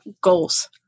Goals